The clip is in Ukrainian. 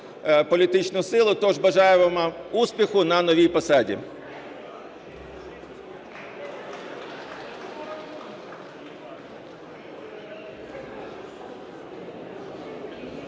політичну силу. Тож бажаємо вам успіху на новій посаді.